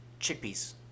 chickpeas